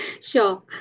Sure